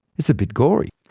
it's a bit gory.